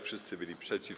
Wszyscy byli przeciw.